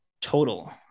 total